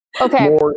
Okay